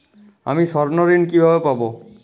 আমি স্বর্ণঋণ কিভাবে পাবো?